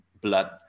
blood